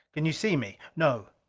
can you see me? no.